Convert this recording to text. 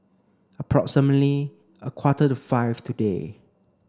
approximately a quarter to five today